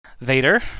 Vader